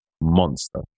monster